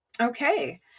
Okay